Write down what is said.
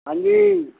ਹਾਂਜੀ